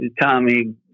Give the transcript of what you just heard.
Tommy